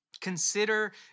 Consider